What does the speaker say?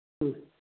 ꯎꯝ